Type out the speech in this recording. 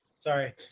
Sorry